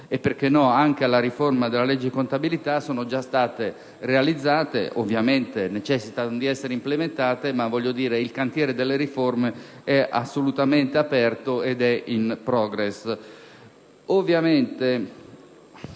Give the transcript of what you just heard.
- perché no? - anche alla riforma della legge di contabilità), sono già state realizzate. Ovviamente necessitano di essere implementate, ma il cantiere delle riforme è assolutamente aperto e *in progress*.